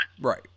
right